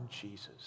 Jesus